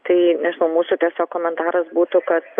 tai nežinau mūsų tiesiog komentaras būtų kad